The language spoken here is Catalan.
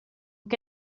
que